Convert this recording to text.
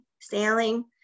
sailing